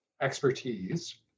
expertise